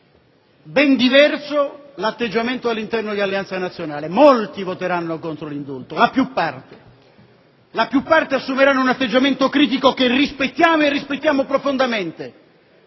invece, l'atteggiamento all'interno di Alleanza Nazionale: molti voteranno contro l'indulto, la più parte. La maggior parte assumerà un atteggiamento critico che rispettiamo, e rispettiamo profondamente,